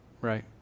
right